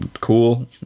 cool